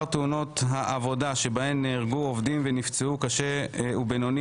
תאונות העבודה שבהן נהרגו עובדים ונפצעו קשה ובינוני,